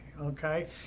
Okay